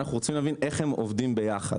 ואנחנו רוצים להבין איך הם עובדים יחד.